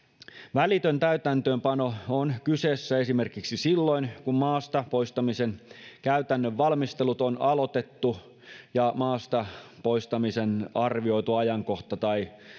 välitön täytäntöönpano on kyseessä esimerkiksi silloin kun maasta poistamisen käytännön valmistelut on aloitettu ja maasta poistamisen arvioitu ajankohta tai